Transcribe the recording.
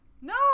No